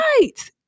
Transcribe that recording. right